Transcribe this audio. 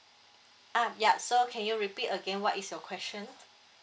ah yup so can you repeat again what is your question